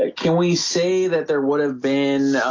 ah can we say that there would have been